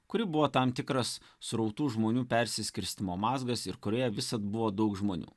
kuri buvo tam tikras srautų žmonių persiskirstymo mazgas ir kurioje visad buvo daug žmonių